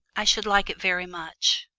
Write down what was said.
i should like it very much.